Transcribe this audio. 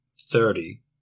thirty